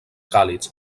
càlids